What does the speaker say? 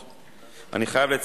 ואחרונה,